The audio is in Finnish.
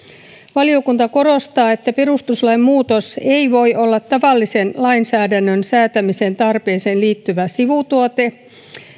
valiokunta korostaa että perustuslain muutos ei voi olla tavallisen lainsäädännön säätämisen tarpeeseen liittyvä sivutuote